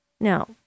Now